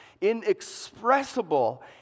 inexpressible